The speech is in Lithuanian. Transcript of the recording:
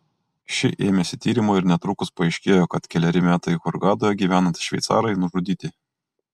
ši ėmėsi tyrimo ir netrukus paaiškėjo kad keleri metai hurgadoje gyvenantys šveicarai nužudyti